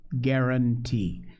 guarantee